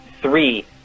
Three